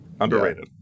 Underrated